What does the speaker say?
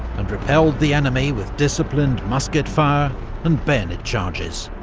and repelled the enemy with disciplined musket-fire and bayonet charges.